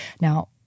Now